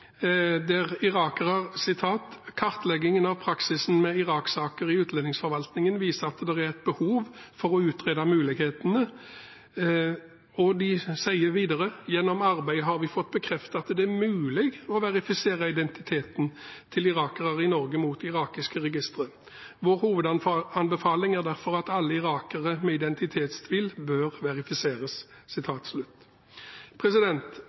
irakere i Norge, der det står: «Kartleggingen av praksisen med Irak-saker i utlendingsforvaltningen viser at det er behov for å utrede mulighetene for å verifisere utlendingssaker mot irakiske personregistre for å kunne fastslå identitet.» Det står videre: «Gjennom arbeidet har vi fått bekreftet at det er mulig å verifisere identiteten til irakere i Norge mot irakiske registre.» Og videre: «Vår hovedanbefaling er derfor at alle irakere med